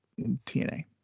TNA